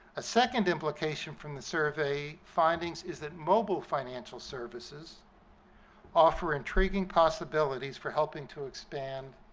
a second implication from the survey findings is that mobile financial services offer intriguing possibilities for helping to expand